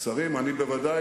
השר אלי, אני ודאי